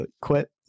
quit